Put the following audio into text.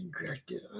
injected